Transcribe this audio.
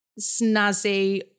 snazzy